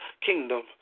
kingdom